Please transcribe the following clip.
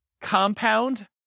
compound